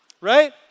Right